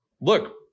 look